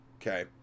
okay